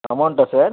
அமௌண்ட்டா sir